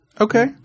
Okay